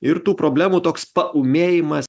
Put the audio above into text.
ir tų problemų toks paūmėjimas